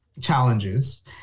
challenges